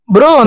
Bro